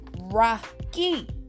rocky